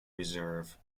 reserve